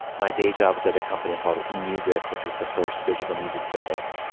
my day job was at a company called emusic which was the first digital music service.